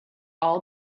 all